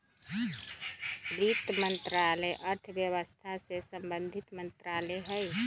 वित्त मंत्रालय अर्थव्यवस्था से संबंधित मंत्रालय हइ